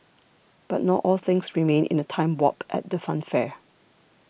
but not all things remain in a time warp at the funfair